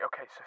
okay